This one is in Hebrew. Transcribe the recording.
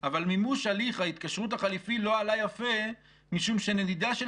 אבל מימוש הליך ההתקשרות החליפי לא עלה יפה משום שנדידה של